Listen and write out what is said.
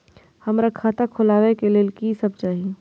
हमरा खाता खोलावे के लेल की सब चाही?